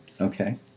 Okay